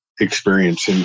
experience